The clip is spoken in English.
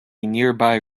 nearby